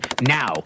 now